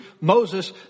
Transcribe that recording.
Moses